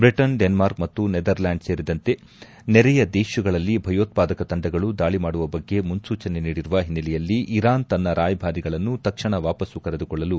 Britain Denmark ಮತ್ತು Netherland ಸೇರಿದಂತೆ ನೆರೆಯ ದೇಶಗಳಲ್ಲಿ ಭಯೋತ್ವಾದಕ ತಂಡಗಳು ದಾಳ ಮಾಡುವ ಬಗ್ಗೆ ಮುನ್ಲೂಚನೆ ನೀಡಿರುವ ಹಿನ್ನೆಲೆಯಲ್ಲಿ ಇರಾನ್ ತನ್ನ ರಾಯಭಾರಿಗಳನ್ನು ತಕ್ಷಣ ವಾಪಸ್ಲು ಕರೆದು ಕೊಳ್ಳಲು ಮುಂದಾಗಿದೆ